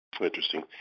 Interesting